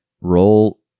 Roll